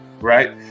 right